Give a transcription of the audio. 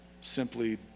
simply